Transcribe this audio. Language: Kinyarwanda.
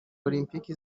olympique